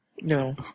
No